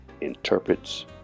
interprets